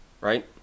right